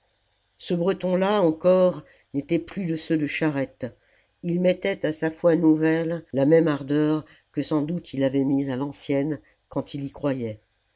ce breton là encore n'était plus de ceux de charette il mettait à sa foi nouvelle la même ardeur que sans doute il avait mise à l'ancienne quand il y croyait